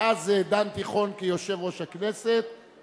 מאז דן תיכון כיושב-ראש הכנסת,